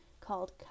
called